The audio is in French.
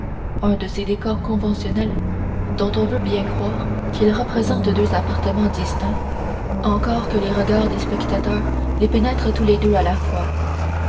un de ces décors conventionnels dont on veut bien croire qu'ils représentent deux appartements distincts encore que les regards des spectateurs les pénètrent tous les deux à la fois